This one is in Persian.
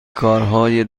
کارهای